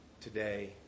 today